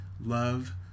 Love